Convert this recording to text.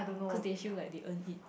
cause they feel like they earn it